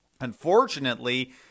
Unfortunately